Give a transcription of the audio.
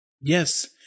Yes